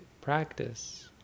practice